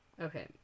Okay